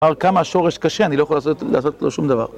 אבל כמה שורש קשה, אני לא יכול לעשות לו שום דבר.